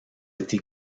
été